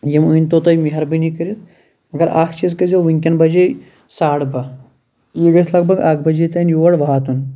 یِم أنتو تُہۍ مِہربٲنی کٔرِتھ وَل اَکھ چیٖز کٔر زیٚو وٕنکیٚن بَجے ساڈٕ باہ یہِ گَژھِ لگ بگ اَکھ بَجے تانۍ یور واتُن